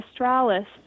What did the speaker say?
Australis